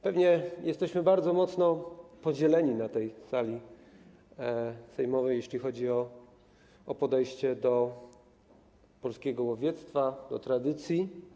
Pewnie jesteśmy bardzo mocno podzieleni na tej sali sejmowej, jeśli chodzi o podejście do polskiego łowiectwa, do tradycji.